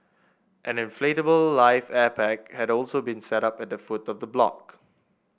an inflatable life air pack had also been set up at the food of the block